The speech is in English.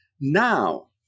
Now